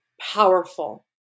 powerful